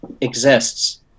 exists